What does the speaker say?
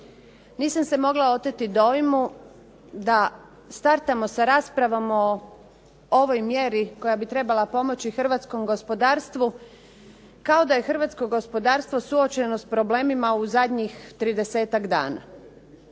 nisam se mogla oteti dojmu da startamo sa raspravom o ovoj mjeri koja bi trebala pomoći hrvatskom gospodarstvu kao da je hrvatsko gospodarstvo suočeno s problemima u zadnjih tridesetak